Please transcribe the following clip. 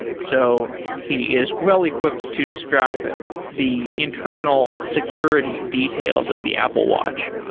so he is well equipped to describe the internal security details of the apple watch.